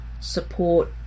support